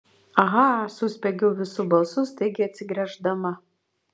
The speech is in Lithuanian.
aha suspiegiau visu balsu staigiai atsigręždama